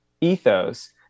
ethos